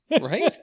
Right